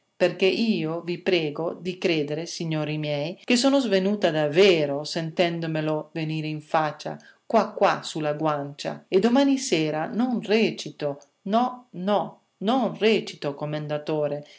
perché io vi prego di credere signori miei che sono svenuta davvero sentendomelo venire in faccia qua qua sulla guancia e domani sera non recito no no non recito commendatore